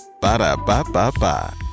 Ba-da-ba-ba-ba